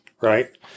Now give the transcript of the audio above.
Right